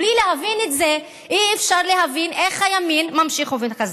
בלי להבין את זה אי-אפשר להבין איך הימין ממשיך להתחזק.